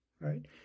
right